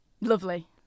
Lovely